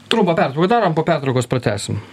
trumpą pertrauką padarom po pertraukos pratęsim